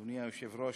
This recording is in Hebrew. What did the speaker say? אדוני היושב-ראש,